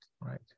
right